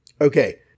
okay